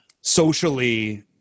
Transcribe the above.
socially